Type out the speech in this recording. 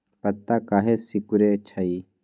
पत्ता काहे सिकुड़े छई?